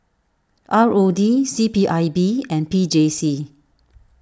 R O D C P I B and P J C